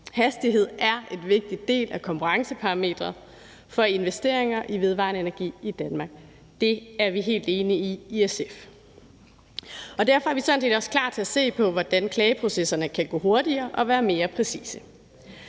Hastighed er en vigtig del af konkurrenceparameteret for investeringer i vedvarende energi i Danmark. Det er vi helt enige i i SF, og derfor er vi sådan set også klar til at se på, hvordan klageprocesserne kan gå hurtigere og være mere præcise.